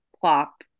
plop